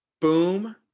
Boom